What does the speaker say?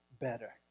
better